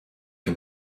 can